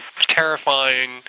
terrifying